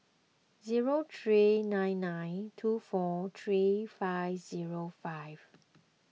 zero three nine nine two four three five zero five